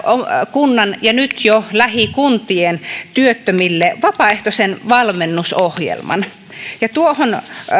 kunnan ja nyt jo lähikuntien työttömille vapaaehtoisen valmennusohjelman ja tuohon